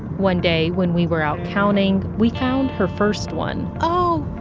one day when we were out counting, we found her first one oh,